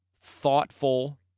thoughtful